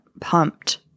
pumped